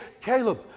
Caleb